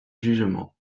jugements